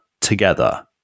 together